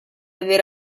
avere